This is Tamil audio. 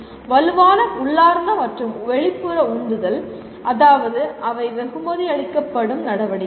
வலுவான உள்ளார்ந்த மற்றும் வெளிப்புற உந்துதல் அதாவது அவை வெகுமதி அளிக்கப்படும் நடவடிக்கைகள்